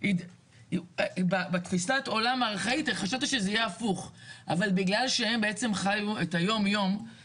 הוא השתפר בגלל שיש יותר הבנה של הרשות המקומית